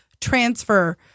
transfer